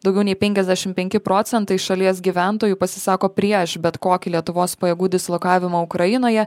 daugiau nei penkiasdešim penki procentai šalies gyventojų pasisako prieš bet kokį lietuvos pajėgų dislokavimą ukrainoje